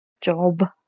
job